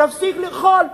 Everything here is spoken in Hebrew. תפסיק לאכול.